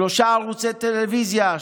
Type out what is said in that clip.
שלושה ערוצי טלוויזיה,